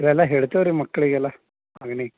ಎಲ್ಲಾ ಹೇಳ್ತೇವ್ರಿ ಮಕ್ಕಳಿಗೆಲ್ಲ